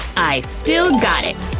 i still got it!